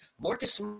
Marcus